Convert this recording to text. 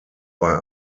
bei